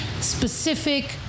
specific